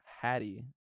Hattie